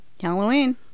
Halloween